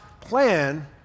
plan